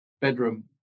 bedroom